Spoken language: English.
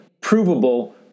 provable